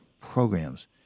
programs